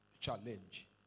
challenge